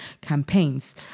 campaigns